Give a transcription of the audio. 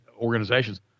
organizations